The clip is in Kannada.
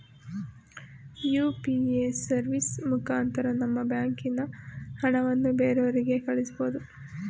ಯು.ಪಿ.ಎ ಸರ್ವಿಸ್ ಮುಖಾಂತರ ನಮ್ಮ ಬ್ಯಾಂಕಿನ ಹಣನ ಬ್ಯಾರೆವ್ರಿಗೆ ಕಳಿಸ್ಬೋದು